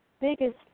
biggest